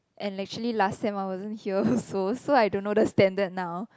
and actually last sem I wasn't here also so I don't know the standard now